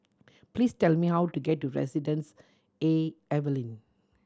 please tell me how to get to Residences A Evelyn